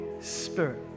Spirit